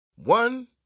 One